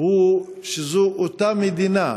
הוא שזו אותה מדינה,